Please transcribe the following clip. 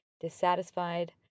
dissatisfied